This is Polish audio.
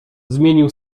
zmienił